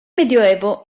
medioevo